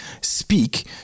speak